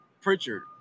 Pritchard